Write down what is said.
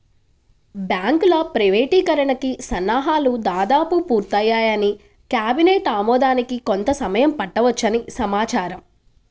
బ్యాంకుల ప్రైవేటీకరణకి సన్నాహాలు దాదాపు పూర్తయ్యాయని, కేబినెట్ ఆమోదానికి కొంత సమయం పట్టవచ్చని సమాచారం